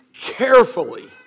carefully